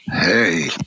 Hey